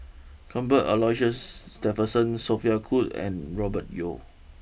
Cuthbert Aloysius Shepherdson Sophia Cooke and Robert Yeo